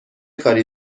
کاری